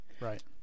Right